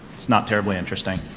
it's not terribly interesting.